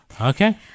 Okay